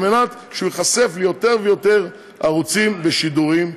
על מנת שהוא ייחשף ליותר ויותר ערוצים ושידורים,